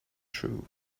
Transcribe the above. true